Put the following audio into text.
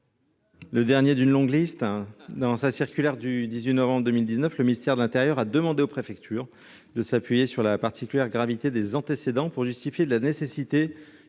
le dernier d'une longue série ! Par sa circulaire du 18 novembre 2019, le ministre de l'intérieur demandait aux préfets de se fonder sur la particulière gravité des antécédents pour justifier de la nécessité